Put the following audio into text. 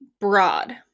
broad